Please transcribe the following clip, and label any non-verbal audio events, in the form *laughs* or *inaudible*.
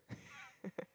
*laughs*